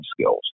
skills